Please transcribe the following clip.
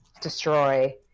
destroy